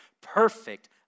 perfect